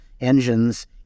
engines